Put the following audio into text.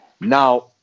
Now